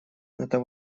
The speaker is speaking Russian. это